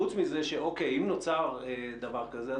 חוץ מזה שאוקיי אם נוצר דבר כזה,